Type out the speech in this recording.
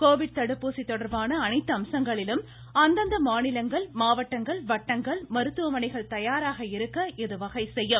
Covid தடுப்பூசி தொடர்பான அனைத்து அம்சங்களிலும் அந்தந்த மாநிலங்கள் மாவட்டங்கள் வட்டங்கள் மருத்துவமனைகள் தயாராக இருக்க இது வகை செய்யும்